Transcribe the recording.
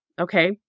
okay